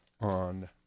on